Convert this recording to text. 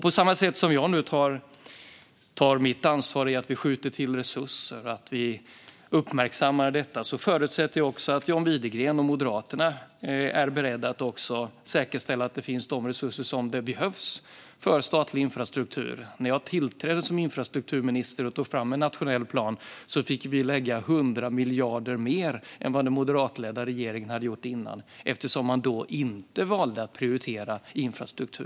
På samma sätt som jag nu tar mitt ansvar genom att vi skjuter till resurser och uppmärksammar detta förutsätter jag att också John Widegren och Moderaterna är beredda att säkerställa att de resurser finns som behövs för statlig infrastruktur. När jag tillträdde som infrastrukturminister och tog fram en nationell plan fick vi lägga 100 miljarder mer än vad den moderatledda regeringen hade gjort innan, eftersom man då inte hade valt att prioritera infrastruktur.